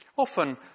Often